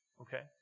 okay